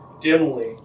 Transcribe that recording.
dimly